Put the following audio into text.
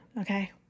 okay